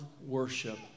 worship